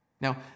Now